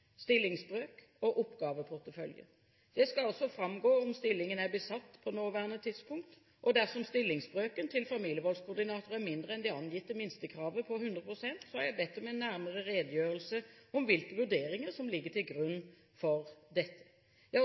stillingsbrøk og oppgaveportefølje. Det skal også framgå om stillingen er besatt på det nåværende tidspunkt. Dersom stillingsbrøken til familievoldskoordinatoren er mindre enn det angitte minstekravet på 100 pst., har jeg bedt om en nærmere redegjørelse om hvilke vurderinger som ligger til grunn for dette. Jeg